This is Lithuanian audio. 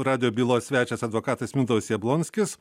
radijo bylos svečias advokatas mintaus jablonskis